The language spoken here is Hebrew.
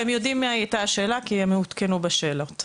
הם יודעים מה הייתה השאלה כי הם עודכנו בשאלות.